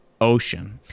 ocean